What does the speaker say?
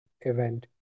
event